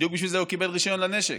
בדיוק בשביל זה הוא קיבל רישיון לנשק.